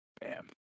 Bam